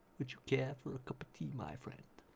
would you care for a cup of tea my friend?